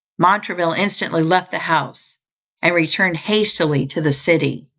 montraville instantly left the house and returned hastily to the city.